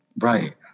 right